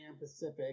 Pacific